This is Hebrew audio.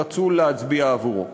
רצו להצביע עבורו.